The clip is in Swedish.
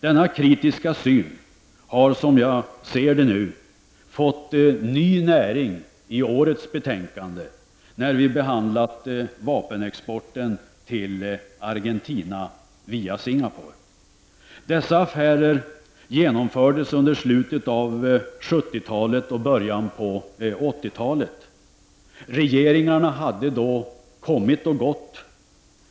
Denna kritiska syn har, som jag ser det, fått ny näring i årets betänkande när vi behandlat frågan om vapenexporten till Argentina via Singapore. Dessa affärer genomfördes under slutet av 70-talet och början av 80-talet. Regeringarna hade då kommit och gått.